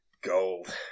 Gold